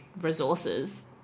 resources